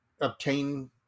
obtain